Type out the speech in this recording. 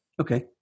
Okay